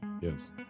Yes